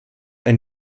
ein